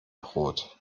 brot